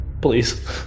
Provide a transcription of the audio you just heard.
Please